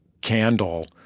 candle